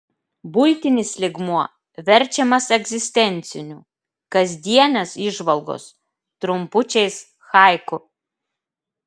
buitinis lygmuo verčiamas egzistenciniu kasdienės įžvalgos trumpučiais haiku